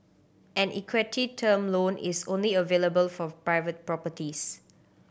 an equity term loan is only available for private properties